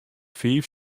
fiif